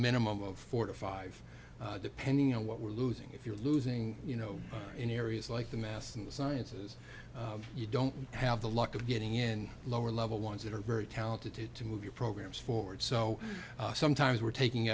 minimum of four to five depending on what we're losing if you're losing you know in areas like the mass in the sciences you don't have the luck of getting in lower level ones that are very talented to move your programs forward so sometimes we're